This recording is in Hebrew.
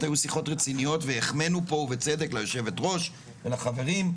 היו שיחות רציניות והחמאנו פה ובצדק ליושבת הראש ולחברים.